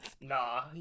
nah